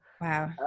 wow